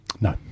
No